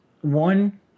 one